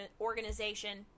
organization